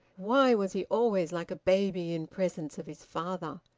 why was he always like a baby in presence of his father?